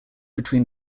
between